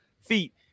feet